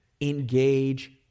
engage